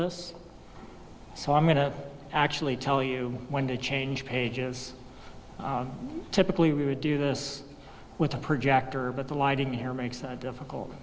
us so i'm going to actually tell you when to change pages typically we would do this with a projector but the lighting here makes that difficult